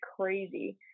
crazy